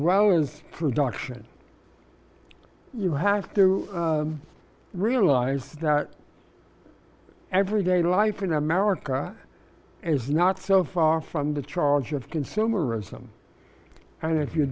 relevance production you have to realize that everyday life in america is not so far from the charge of consumerism and if you